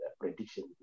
prediction